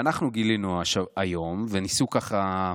ואנחנו גילינו היום, וניסו, ככה,